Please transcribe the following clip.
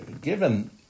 given